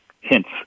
hints